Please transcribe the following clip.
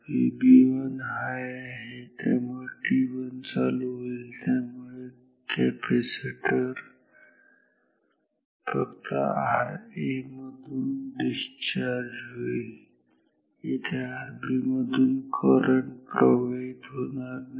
VB1 high आहे त्यामुळे T1 चालू होईल त्यामुळे कॅपॅसिटर फक्त Ra मधून डिस्चार्ज होईल येथे Rb मधून करंट प्रवाहित होणार नाही